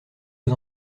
vos